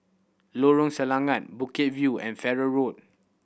Lorong Selangat Bukit View and Farrer Road